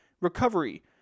recovery